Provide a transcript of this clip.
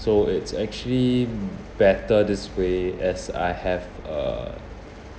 so it's actually better this way as I have uh